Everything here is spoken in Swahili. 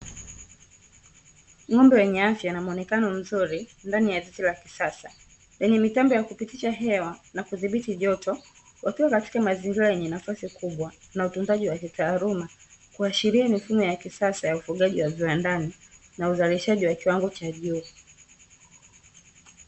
Ng'ombe mwenye afya na muonekano mzuri ndani ya zizi la kisasa, lenye mitambo ya kupitisha hewa na kudhibiti joto, wakiwa kwenye mazingira yenye nafasi kubwa na utunzaji wa kitaaluma, kuashiria mifumo ya kisasa ya ufugaji wa viwandani na uzalishaji wa kiwango cha juu.